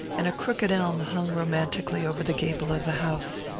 and a crooked elm hung romantically over the gable of the house.